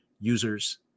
users